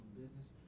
Business